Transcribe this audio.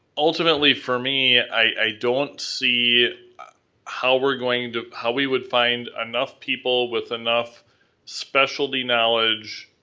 ultimately, for me, i don't see how we're going to, how we would find enough people with enough specialty knowledge.